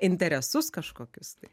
interesus kažkokius tai